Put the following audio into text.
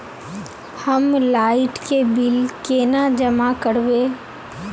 हम लाइट के बिल केना जमा करबे?